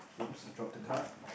!oops! I dropped the card